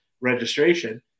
registration